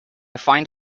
find